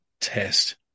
test